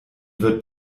wird